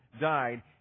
died